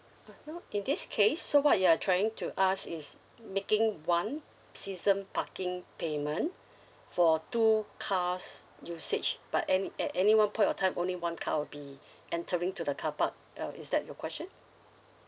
uh no in this case so what you're trying to ask is making one season parking payment for two cars' usage but any at any one point of time only one car will be entering to the car park uh is that your question